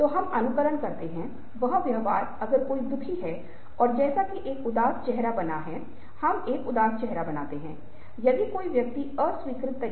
हम इसे कितना याद रखने में सक्षम हैं और कौन से घटक याद रखने में सक्षम हैं क्योंकि हमारा जीवन वार्तालापों से भरा हुआ है और हम एक रिकॉर्डर के साथ घूमने नहीं जाते हैं या हम हर समय नोट नहीं ले सकते